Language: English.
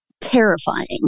terrifying